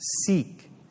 Seek